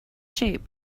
shape